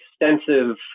extensive